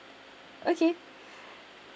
okay